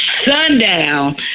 sundown